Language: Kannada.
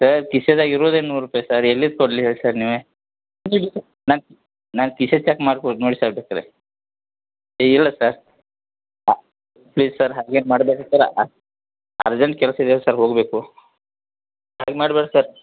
ಸರ್ ಕಿಶೆದಾಗೆ ಇರೋದೆ ನೂರು ರೂಪಾಯಿ ಸರ್ ಎಲ್ಲಿದು ಕೊಡಲಿ ಹೇಳಿ ಸರ್ ನೀವೇ ನಾನು ಕಿಶೆ ಚೆಕ್ ಮಾಡ್ಕೊಂಡು ನೋಡಿ ಸರ್ ಬೇಕಾದರೆ ಎ ಇಲ್ಲ ಸರ್ ಹಾಂ ಪ್ಲೀಸ್ ಸರ್ ಹಾಗೇನು ಮಾಡ್ಬೇಡಿ ಸರ್ ಅರ್ಜೆಂಟ್ ಕೆಲಸ ಇದೆ ಸರ್ ಹೋಗಬೇಕು ಹಂಗೆ ಮಾಡ್ಬೇಡಿ ಸರ್